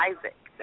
Isaac